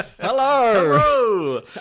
Hello